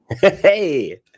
Hey